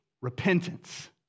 repentance